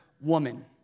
woman